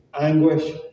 anguish